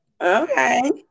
okay